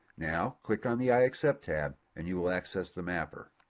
now, click on the i accept tab and you will access the mapper.